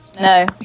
No